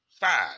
Five